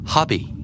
Hobby